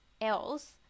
else